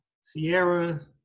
sierra